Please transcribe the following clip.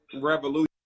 revolution